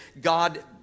God